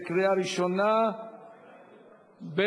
התשע"א 2011,